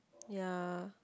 ya